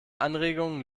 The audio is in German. anregungen